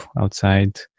outside